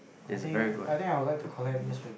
I think I think I would like to collect newspaper